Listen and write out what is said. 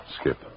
Skip